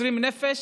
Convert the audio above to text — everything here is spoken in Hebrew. מוסרים נפש,